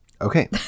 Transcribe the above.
Okay